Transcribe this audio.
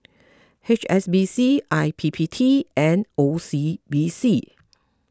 H S B C I P P T and O C B C